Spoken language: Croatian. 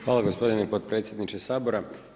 Hvala gospodine potpredsjedniče Sabora.